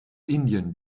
indian